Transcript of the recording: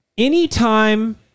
Anytime